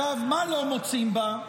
מה לא מוצאים בה?